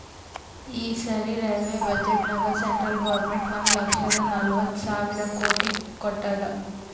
ಈ ಸರಿ ರೈಲ್ವೆ ಬಜೆಟ್ನಾಗ್ ಸೆಂಟ್ರಲ್ ಗೌರ್ಮೆಂಟ್ ಒಂದ್ ಲಕ್ಷದ ನಲ್ವತ್ ಸಾವಿರ ಕೋಟಿ ಕೊಟ್ಟಾದ್